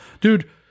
Dude